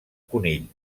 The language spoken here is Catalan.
conill